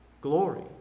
glory